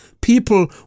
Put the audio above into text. People